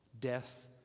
Death